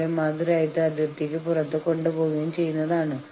ഇപ്പോൾ ലോക്കൌട്ട് എന്നത് ഒരു സ്ട്രൈക്കിനോടുള്ള തൊഴിലുടമയുടെ പ്രതികരണമാണ്